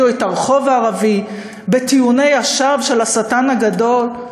או את הרחוב הערבי בטיעוני השווא של "השטן הגדול",